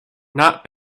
not